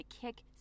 kick